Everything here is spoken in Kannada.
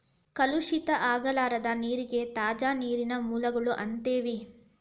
ಕಲುಷಿತ ಆಗಲಾರದ ನೇರಿಗೆ ತಾಜಾ ನೇರಿನ ಮೂಲಗಳು ಅಂತೆವಿ